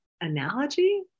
analogy